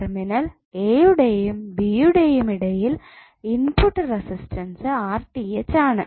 terminal A യുടെയും B യുടെയും ഇടയിൽ ഇൻപുട്ട് റെസിസ്റ്റൻസ് ആണ്